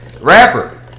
rapper